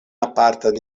apartan